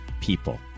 people